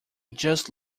just